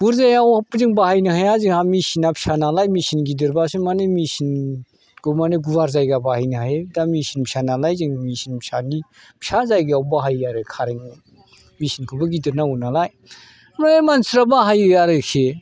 बुरजायाव जों बाहायनो हाया जोंहा मेचिना फिसानालाय मेचिन गिदिरब्लासो मानि मेचिनखौ मानि गुवार जायगा बाहायनो हायो दा मेचिन फिसा नालाय जों मेचिन फिसानि फिसा जायगायाव बाहायो आरो कारेन मेचिनखौबो गिदिर नांगौनालाय ओमफ्राय मानसिफ्रा बाहायो आरोखि